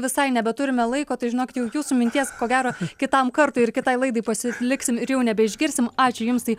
visai nebeturime laiko tai žinok jau jūsų minties ko gero kitam kartui ir kitai laidai pasiliksim ir jau nebeišgirsim ačiū jums tai